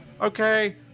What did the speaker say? Okay